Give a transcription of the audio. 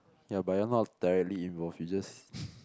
ya but you're not directly involved you just